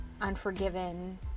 unforgiven